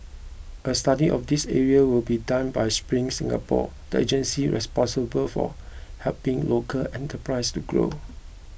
a study of these areas will be done by Spring Singapore the agency responsible for helping local enterprises to grow